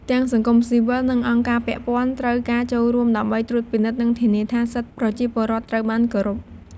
ទាំងសង្គមស៊ីវិល និងអង្គការពាក់ព័ន្ធ ត្រូវការចូលរួមដើម្បីត្រួតពិនិត្យនិងធានាថាសិទ្ធិប្រជាពលរដ្ឋត្រូវបានគោរព។